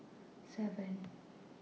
seven